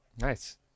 Nice